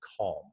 calm